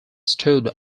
stood